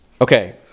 Okay